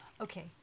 Okay